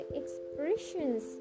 expressions